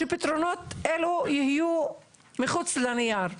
שפתרונות אלו יהיו מחוץ לנייר,